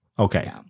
Okay